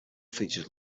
features